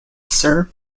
sir